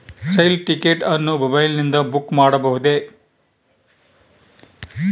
ರೈಲು ticket ಅನ್ನು ಮೊಬೈಲಿಂದ book ಮಾಡಬಹುದೆ?